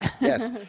yes